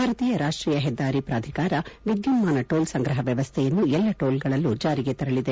ಭಾರತೀಯ ರಾಷ್ಷೀಯ ಹೆದ್ದಾರಿ ಪ್ರಾಧಿಕಾರ ವಿದ್ದುನ್ನಾನ ಟೋಲ್ ಸಂಗ್ರಹ ವ್ಣವಸ್ವೆಯನ್ನು ಎಲ್ಲಾ ಟೋಲ್ಗಳಲ್ಲೂ ಜಾರಿಗೆ ತರಲಿದೆ